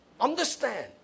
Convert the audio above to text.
Understand